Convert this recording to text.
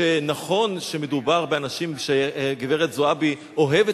ונכון שמדובר באנשים שגברת זועבי אוהבת